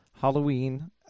Halloween